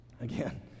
again